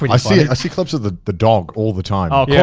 i mean i see i see clips with the the dog all the time. oh yeah